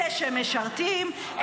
אלה שמשרתים,